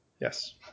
Yes